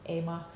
Emma